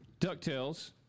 DuckTales